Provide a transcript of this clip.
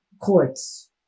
courts